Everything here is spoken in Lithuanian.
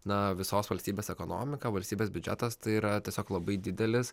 na visos valstybės ekonomika valstybės biudžetas tai yra tiesiog labai didelis